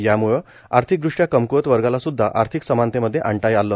याम्ळं आर्थिकदृष्ट्यां कमक्वत वर्गाला सुद्धा आर्थिक समानतेमध्ये आणता आलं